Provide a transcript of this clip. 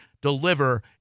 deliver